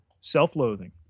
self-loathing